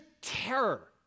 terror